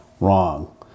Wrong